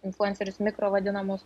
influencerius mikro vadinamus